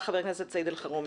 חבר הכנסת סעיד אלחרומי.